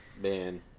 Man